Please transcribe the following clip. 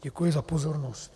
Děkuji za pozornost.